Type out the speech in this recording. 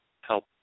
help